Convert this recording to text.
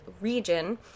region